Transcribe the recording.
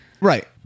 right